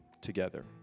together